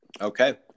Okay